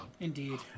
Indeed